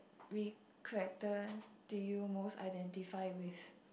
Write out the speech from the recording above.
we character do you most identify with